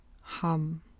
Hum